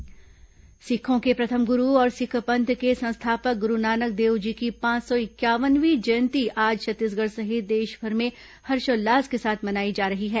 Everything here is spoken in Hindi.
गुरूनानक जयंतीकार्तिक पूर्णिमा सिखों के प्रथम गुरु और सिख पंथ के संस्थापक गुरुनानक देव जी की पांच सौ इंक्यावनवीं जयंती आज छत्तीसगढ़ सहित देशभर में हर्षोल्लास के साथ मनाई जा रही है